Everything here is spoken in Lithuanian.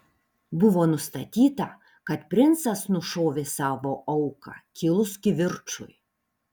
buvo nustatyta kad princas nušovė savo auką kilus kivirčui